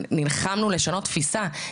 נלחמנו לשנות תפיסה,